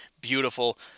Beautiful